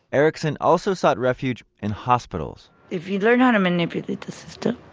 ericson also sought refuge in hospitals. if you learn how to manipulate the system,